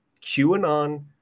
QAnon